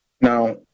now